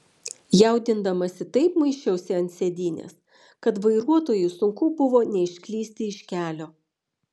jaudindamasi taip muisčiausi ant sėdynės kad vairuotojui sunku buvo neišklysti iš kelio